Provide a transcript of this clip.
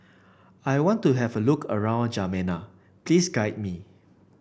I want to have a look around Djamena please guide me